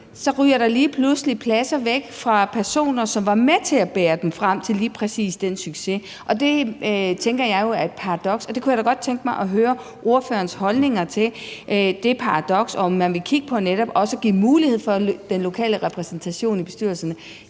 kr. ryger der lige pludselig pladser væk fra personer, som var med til at bære dem frem til lige præcis den succes. Det tænker jeg jo er et paradoks, og det kunne jeg da godt tænke mig at høre ordførerens holdning til, og om man vil kigge på at give mulighed for netop også den lokale repræsentation i bestyrelserne.